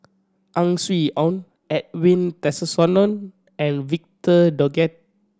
Ang Swee Aun Edwin Tessensohn and Victor Doggett